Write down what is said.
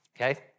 okay